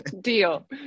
deal